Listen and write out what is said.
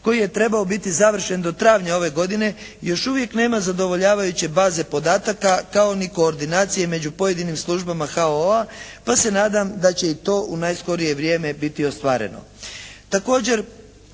koji je trebao biti završen do travnja ove godine još uvijek nema zadovoljavajuće baze podataka, kao ni koordinacije među pojedinim službama HOO-a pa se nadam da će i to u najskorije vrijeme biti ostvareno.